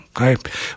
Okay